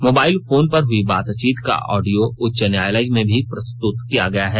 mobile phone पर हुई बातचीत का ऑडियो उच्च न्यायालय में भी प्रस्तुत किया गया है